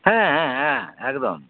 ᱦᱮᱸ ᱦᱮᱸ ᱦᱮᱸ ᱮᱠᱫᱚᱢ